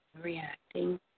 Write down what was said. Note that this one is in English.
reacting